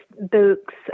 books